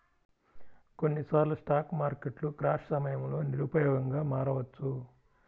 కొన్నిసార్లు స్టాక్ మార్కెట్లు క్రాష్ సమయంలో నిరుపయోగంగా మారవచ్చు